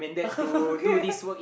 okay